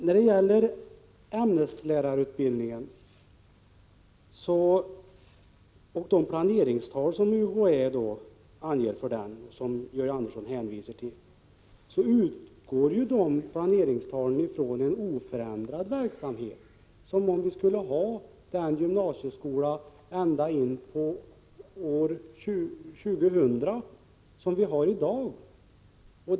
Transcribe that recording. När det gäller ämneslärarlinjen utgår de planeringstal som UHÄ anger för denna och som Georg Andersson hänvisar till från en oförändrad verksamhet, som om vi skulle ha den gymnasieskola som vi har i dag ända in på 2000-talet.